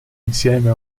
insieme